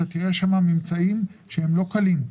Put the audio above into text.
אתה תראה שם ממצאים לא קלים.